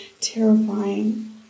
terrifying